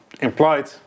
implied